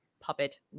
puppet